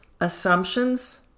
assumptions